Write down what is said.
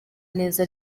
neza